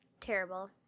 Terrible